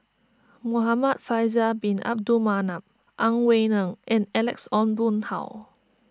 Muhamad Faisal Bin Abdul Manap Ang Wei Neng and Alex Ong Boon Hau